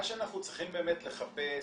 מה שאנחנו צריכים לחפש,